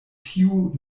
tiu